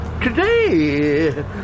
today